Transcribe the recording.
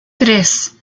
tres